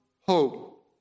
hope